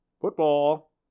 Football